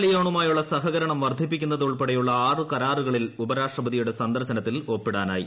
ലിയോണുമായുള്ള സഹകരണം വർദ്ധിപ്പിക്കുന്നത് ഉൾപ്പെടെയുള്ള ആറ് കരാറുകളിൽ ഉപരാഷ്ട്രപതിയുടെ സന്ദർശനത്തിൽ ഒപ്പിടാനായി